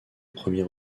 premier